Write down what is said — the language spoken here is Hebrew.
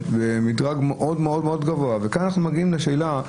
מאוד-מאוד גבוה, וכאן אנחנו מגיעים לשאלה,